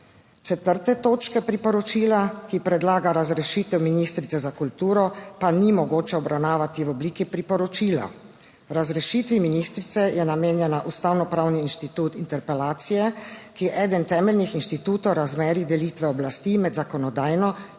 Četrte točke priporočila, ki predlaga razrešitev ministrice za kulturo, pa ni mogoče obravnavati v obliki priporočila. Razrešitvi ministrice je namenjena ustavno pravni institut interpelacije, ki je eden temeljnih institutov razmerij delitve oblasti med zakonodajno in